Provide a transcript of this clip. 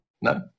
No